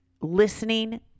listening